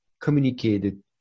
communicated